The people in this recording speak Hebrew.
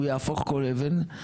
הוא יהפוך כל אבן.